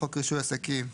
"חוק רישוי עסקים"